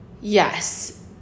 Yes